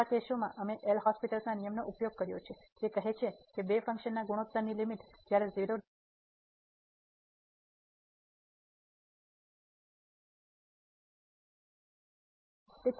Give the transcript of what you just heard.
બધા કેસોમાં અમે એલ'હોસ્પિટલL'hospital's ના નિયમનો ઉપયોગ કર્યો છે જે કહે છે કે બે ફંક્શનના ગુણોત્તરની લીમીટ જ્યારે 00 અથવા ∞∞ ફોર્મમાં જાય છે ત્યારે ડેરિવેટિવ્ઝ ની ડેરિવેટિવ્ઝ રેશિયો ની લીમીટ જેટલી હશે